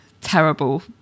terrible